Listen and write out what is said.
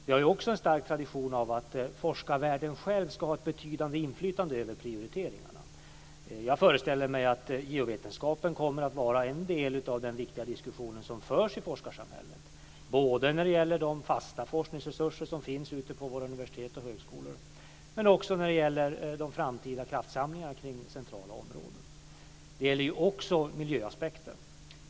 Vi har också en stark tradition av att forskarvärlden själv ska ha ett betydande inflytande över prioriteringarna. Jag föreställer mig att geovetenskapen kommer att vara en del av den viktiga diskussion som förs i forskarsamhället när det gäller de fasta forskningsresurser som finns ute på våra universitet och högskolor, men också när det gäller de framtida kraftsamlingarna kring centrala områden. Det gäller också miljöaspekten.